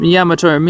Yamato